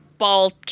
ball